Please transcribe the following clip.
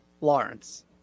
Lawrence